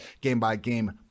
game-by-game